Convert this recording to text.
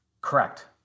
Correct